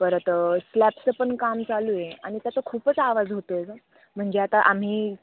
परत स्लॅबचं पण काम चालू आहे आणि त्याचा खूपच आवाज होतो आहे गं म्हणजे आता आम्ही